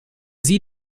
sie